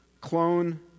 clone